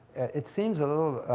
it seems a little,